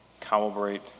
calibrate